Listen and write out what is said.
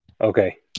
okay